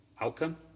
outcome